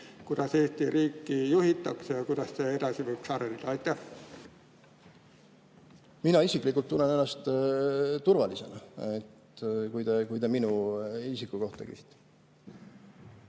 kuidas Eesti riiki juhitakse ja kuidas see edasi võiks areneda? Mina isiklikult tunnen ennast turvalisena, kui te minu isiku kohta küsite.